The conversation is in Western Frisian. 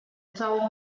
tal